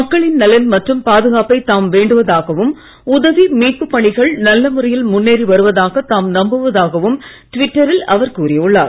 மக்களின் நலன் மற்றும் பாதுகாப்பை தாம் வேண்டுவதாகவும் உதவி மீட்பு பணிகள் நல்ல முறையில் முன்னேறி வருவதாக தாம் நம்புவதாகவும் ட்விட்டரில் அவர் கூறியுள்ளார்